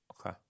Okay